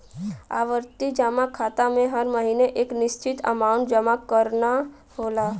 आवर्ती जमा खाता में हर महीने एक निश्चित अमांउट जमा करना होला